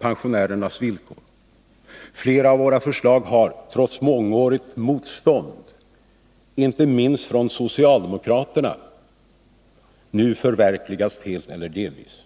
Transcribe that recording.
pensionärernas villkor. Flera av våra förslag har, trots mångårigt motstånd, inte minst från socialdemokraterna, nu förverkligats helt eller delvis.